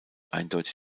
eindeutig